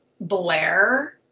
Blair